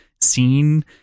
seen